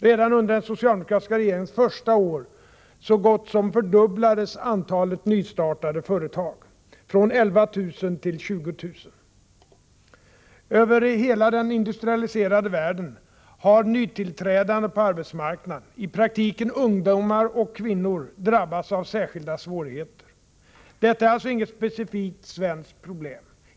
Redan under den socialdemokratiska regeringens första år så gott som fördubblades antalet nystartade företag — från 11 000 till 20 000. Över hela den industrialiserade världen har nytillträdande på arbetsmarknaden — i praktiken ungdomar och kvinnor — drabbats av särskilda svårigheter. Detta är alltså inget specifikt svenskt problem.